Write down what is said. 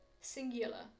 singular